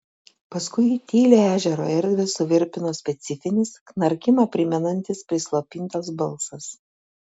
paskui tylią ežero erdvę suvirpino specifinis knarkimą primenantis prislopintas balsas